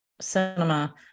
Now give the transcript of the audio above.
cinema